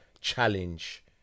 challenge